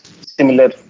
similar